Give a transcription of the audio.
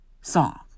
song